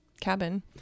cabin